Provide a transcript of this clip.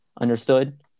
Understood